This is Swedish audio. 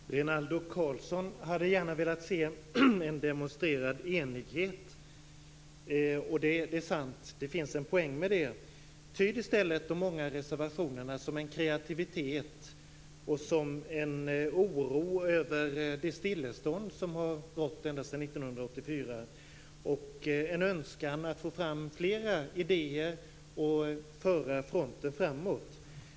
Herr talman! Rinaldo Karlsson hade gärna velat se en demonstrerad enighet. Det är sant att det finns en poäng i det. Tyd i stället de många reservationerna som en kreativitet, en oro över det stillestånd som har rått ända sedan 1984 och en önskan att få fram fler idéer och föra fronten framåt!